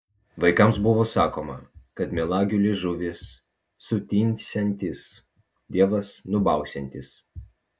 vaikams buvo sakoma kad melagiui liežuvis sutinsiantis dievas nubausiantis